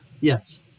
Yes